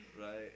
Right